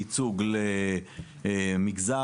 ייצוג למגזר,